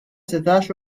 setax